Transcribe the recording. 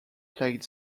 played